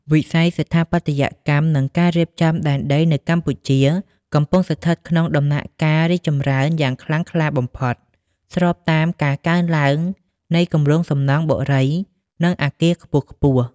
វិស័យស្ថាបត្យកម្ម និងការរៀបចំដែនដីនៅកម្ពុជា កំពុងស្ថិតក្នុងដំណាក់កាលរីកចម្រើនយ៉ាងខ្លាំងក្លាបំផុត ស្របតាមការកើនឡើងនៃគម្រោងសំណង់បុរី និងអគារខ្ពស់ៗ។